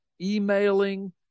emailing